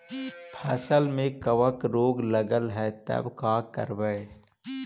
फसल में कबक रोग लगल है तब का करबै